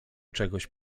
czegoś